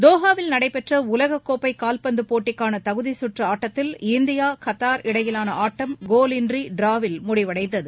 தோஹாவில் நடைபெற்ற உலக கோப்பை கால்பந்து போட்டிக்கான தகுதிக்கற்று ஆட்டத்தில் இந்தியா கத்தார் இடையிலான ஆட்டம் கோலின்றி டிராவில் முடிவடைந்தது